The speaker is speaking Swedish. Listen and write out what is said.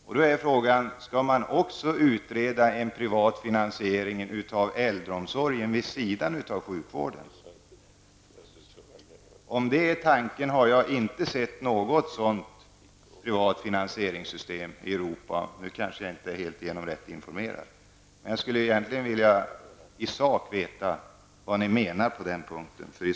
Frågan är: Skall man vid sidan av sjukvården också utreda en privat finansiering av äldreomsorgen? Jag har inte sett något privat finansieringssystem av den typen i Europa. Men jag har kanske inte tillgång till all information som finns i det avseendet. Jag skulle vilja veta vad ni i sak menar på denna punkt.